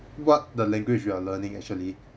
what the language you are learning actually